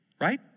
right